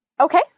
Okay